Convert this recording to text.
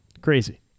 Crazy